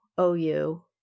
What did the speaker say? OU